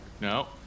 No